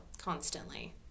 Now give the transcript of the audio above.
constantly